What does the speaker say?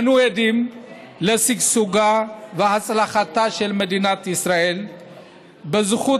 אנו עדים לשגשוגה ולהצלחתה של מדינת ישראל בזכות